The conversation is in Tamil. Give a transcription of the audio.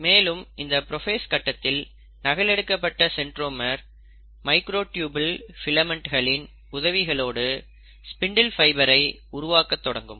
மேலும் இந்த புரோஃபேஸ் கட்டத்தில் நகல் எடுக்கப்பட்ட சென்ட்ரோமர் மைக்ரோ ட்யூபுல் பிலமன்ட்கலின் உதவியோடு ஸ்பிண்டில் ஃபைபர் ஐ உருவாக்கத் தொடங்கும்